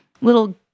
little